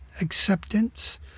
acceptance